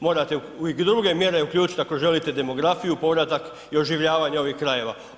Morate i druge mjere uključit ako želite demografiju, povratak i oživljavanje ovih krajeva.